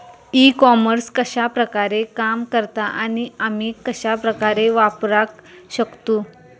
E commerce कश्या प्रकारे काम करता आणि आमी कश्या प्रकारे वापराक शकतू?